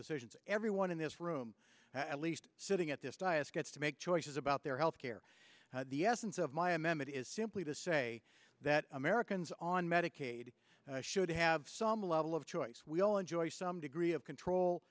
decisions everyone in this room at least sitting at this diet gets to make choices about their health care the essence of my m m it is simply to say that americans on medicaid should have some level of choice we all enjoy some degree of control